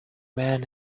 man